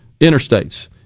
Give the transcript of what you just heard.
interstates